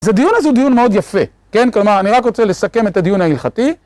אז הדיון הזה הוא דיון מאוד יפה, כן? כלומר, אני רק רוצה לסכם את הדיון ההלכתי.